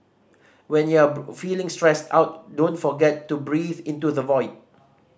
when you are feeling stressed out don't forget to breathe into the void